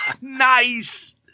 Nice